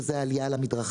שזה אומר עלייה למדרכה,